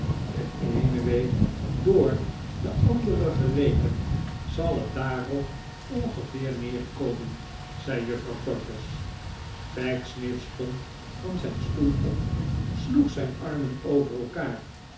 de eene week door de andere gerekend zal het daarop ongeveer neerkomen zei juffrouw todgers pecksniff stond van zijn stoel op sloeg zijn armen over elkaar